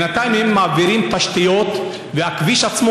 היהודי שמוכן להפקיד את הבריאות שלו בידי אותו ערבי,